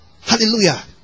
Hallelujah